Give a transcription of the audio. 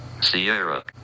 Sierra